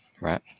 right